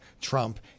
Trump